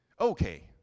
Okay